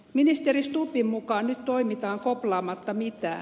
ministeri stubbin mukaan nyt toimitaan koplaamatta mitään